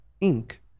ink